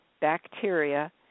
bacteria